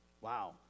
Wow